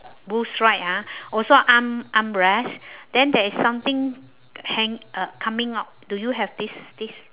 blue stripe ah also arm armrest then there is something hang~ uh coming out do you have this this